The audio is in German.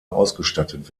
ausgestattet